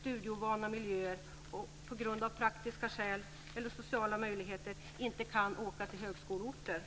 studieovana miljöer och på grund av praktiska skäl eller sociala möjligheter inte kan åka till högskoleorter.